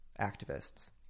activists